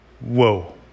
Whoa